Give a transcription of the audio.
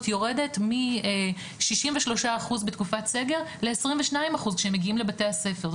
יורדת מ-63 אחוז בתקופת סגר ל-22 אחוז כשהם מגיעים לבתי הספר,